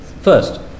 first